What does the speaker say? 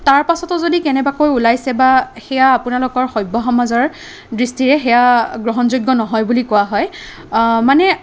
তাৰপাছতো যদি কেনেবাকৈ ওলাইছে বা সেয়া আপোনালোকৰ সভ্য সমাজৰ দৃষ্টিৰে সেয়া গ্ৰহণযোগ্য নহয় বুলি কোৱা হয় মানে